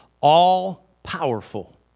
all-powerful